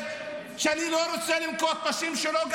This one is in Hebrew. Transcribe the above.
שאני לא רוצה גם לנקוב בשם שלו,